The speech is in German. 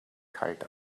kalt